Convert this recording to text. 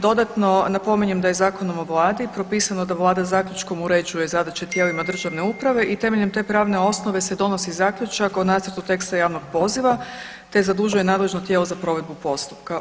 Dodatno napominjem da je Zakonom o Vladi, propisano da Vlada zaključkom uređuje zadaće tijelima državne uprave i temeljem te pravne osnove se donosi zaključak o nacrtu teksta javnog poziva te zadužuje nadležno tijelo za provedbu postupka.